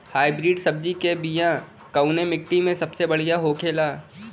Hybrid सब्जी के बिया कवने मिट्टी में सबसे बढ़ियां होखे ला?